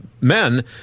men